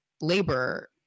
labor